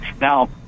Now